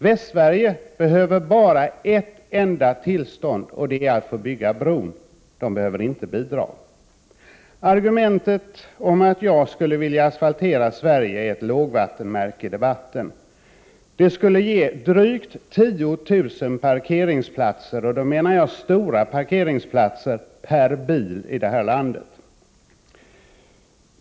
Västsverige behöver bara ett enda tillstånd, nämligen tillstånd att bygga bron, och Västsverige behöver inte bidrag. Argumentet att jag skulle vilja asfaltera Sverige utgör ett lågvattenmärke i debatten. Det skulle ge drygt 10 000 parkeringsplatser, och då menar jag stora parkeringsplatser, per bil i det här landet.